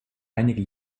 einige